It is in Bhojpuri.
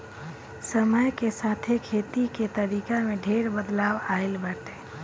समय के साथे खेती के तरीका में ढेर बदलाव आइल बाटे